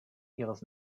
ihres